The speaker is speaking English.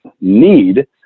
need